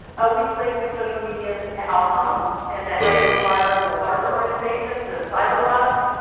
always link your social media to outcomes, and that may require if you're a larger organization to silo bust,